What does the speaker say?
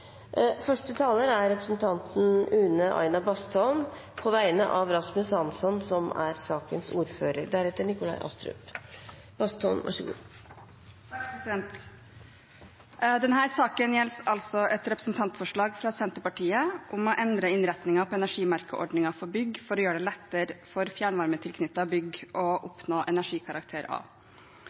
Første taler er representanten Une Aina Bastholm for Rasmus Hansson, som er sakens ordfører. Denne saken gjelder altså et representantforslag fra Senterpartiet om å endre innretningen på energimerkeordningen for bygg for å gjøre det lettere for fjernvarmetilknyttede bygg å oppnå energikarakter A.